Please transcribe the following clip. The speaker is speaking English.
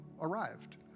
arrived